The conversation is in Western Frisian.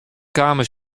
kamen